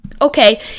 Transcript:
okay